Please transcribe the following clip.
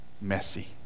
messy